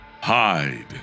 hide